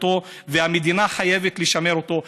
והמדינה חייבת לשמר אותו,